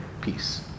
peace